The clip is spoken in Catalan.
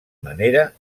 manera